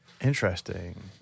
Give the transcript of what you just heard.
interesting